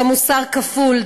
זהו מוסר כפול,